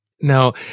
Now